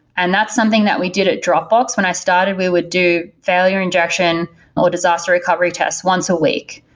and that's something that we did at dropbox when i started. we would do failure injection or disaster recovery test once a week,